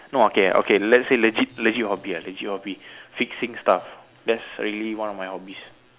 no okay okay let's say legit legit hobby ah legit hobby fixing stuffs that is really one of my hobbies